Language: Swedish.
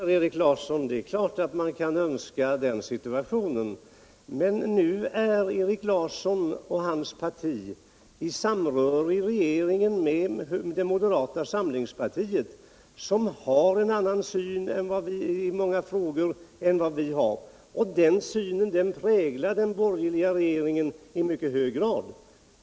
Herr talman! Det är klart att man kan önska den situationen. Men nu är Erik Larsson och hans parti i samröre i regeringen med moderata samlingspartiet, som har en annan syn i många frågor än vad vi har. Och den synen präglar den borgerliga regeringen i mycket hög grad.